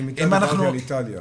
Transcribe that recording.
למידה אמרתי על איטליה.